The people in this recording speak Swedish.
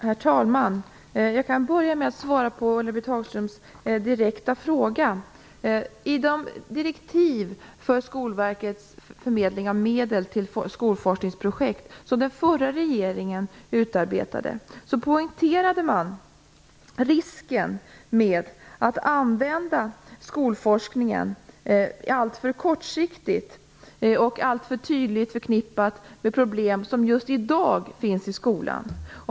Herr talman! Jag kan börja med att svara på Ulla Britt Hagströms direkta fråga. I de direktiv för Skolverkets förmedling av medel till skolforskningsprojekt som den förra regeringen utarbetade poängterades risken med att använda skolforskningen alltför kortsiktigt och alltför tydligt förknippat med problem som just i dag finns i skolan.